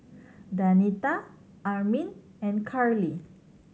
Danita Armin and Carley